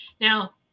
Now